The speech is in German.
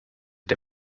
der